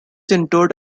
interred